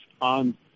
on